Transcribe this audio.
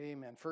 Amen